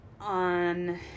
On